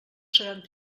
seran